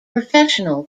professional